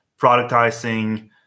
productizing